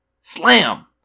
Slam